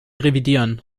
revidieren